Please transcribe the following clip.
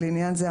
לעניין זה,